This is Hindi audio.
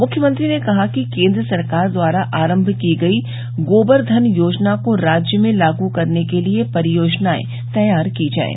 मुख्यमंत्री ने कहा कि केन्द्र सरकार द्वारा आरम्भ की गई गोबर धन योजना को राज्य में लागू करने के लिये परियोजनाएं तैयार की जाये